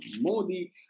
modi